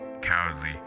Cowardly